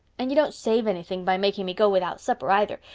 and you don't save anything by making me go without supper either,